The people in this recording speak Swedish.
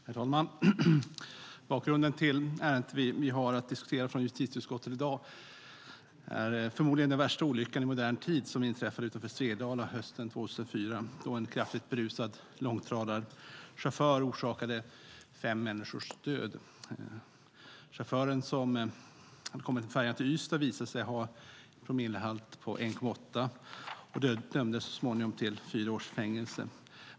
Herr talman! Bakgrunden till det ärende från justitieutskottet vi har att diskutera i dag är förmodligen den värsta olyckan i modern tid. Den inträffade utanför Svedala hösten 2004, då en kraftigt berusad långtradarchaufför orsakade fem människors död. Chauffören, som hade kommit med färjan till Ystad, visade sig ha en promillehalt på 1,8 och dömdes så småningom till fyra års fängelse.